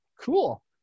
Cool